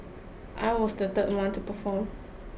I was the third one to perform